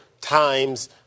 times –